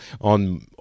on